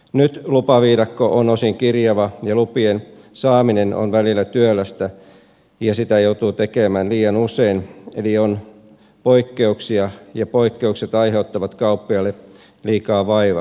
nyt lupaviidakko on osin kirjava ja lupien saaminen on välillä työlästä ja lupien hakemista joutuu tekemään liian usein eli on poikkeuksia ja poikkeukset aiheuttavat kauppiaalle liikaa vaivaa